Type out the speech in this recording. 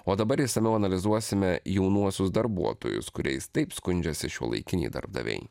o dabar išsamiau analizuosime jaunuosius darbuotojus kuriais taip skundžiasi šiuolaikiniai darbdaviai